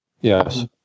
Yes